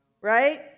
Right